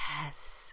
yes